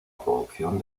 producción